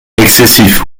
excessif